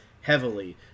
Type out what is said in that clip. heavily